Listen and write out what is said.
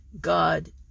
God